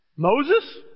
Moses